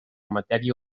matèria